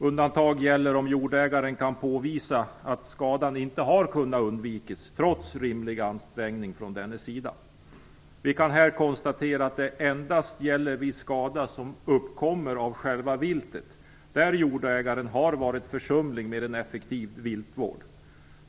Undantag gäller om jordägaren kan påvisa att skadan inte har kunnat undvikas trots rimlig ansträngning från dennes sida. Vi kan här konstatera att detta endast gäller vid skada som uppkommer av själva viltet och där jordägaren har varit försumlig med en effektiv viltvård.